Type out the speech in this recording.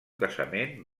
casament